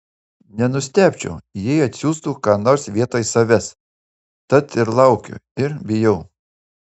nenustebčiau jei atsiųstų ką nors vietoj savęs tad ir laukiu ir bijau